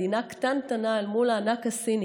מדינה קטנטנה אל מול הענק הסיני.